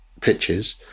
pitches